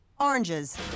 oranges